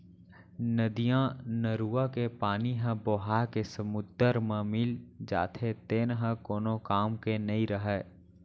नदियाँ, नरूवा के पानी ह बोहाके समुद्दर म मिल जाथे तेन ह कोनो काम के नइ रहय